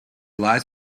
lies